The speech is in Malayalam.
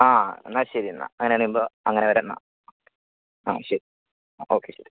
ആ എന്നാൽ ശരി എന്നാൽ അങ്ങനെയാവുമ്പോൾ അങ്ങനെ വരാം എന്നാൽ ആ ശരി ഓക്കെ ശരി